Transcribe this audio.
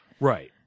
right